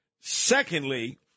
Secondly